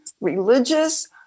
religious